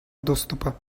доступа